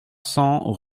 cents